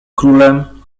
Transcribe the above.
królem